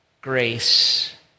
grace